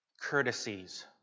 courtesies